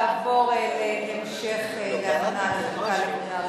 ונעבור לתוצאות: בעד, 25, אין מתנגדים,